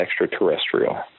extraterrestrial